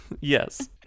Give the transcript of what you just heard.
Yes